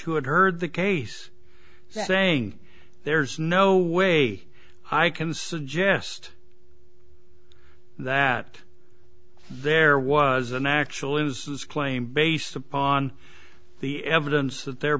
who had heard the case saying there's no way i can suggest that there was an actual innocence claim based upon the evidence that they're